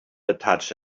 attach